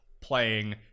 playing